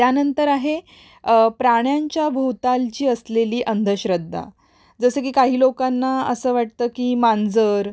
त्यानंतर आहे प्राण्यांच्या भोवतालची असलेली अंधश्रद्धा जसं की काही लोकांना असं वाटतं की मांजर